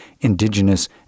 indigenous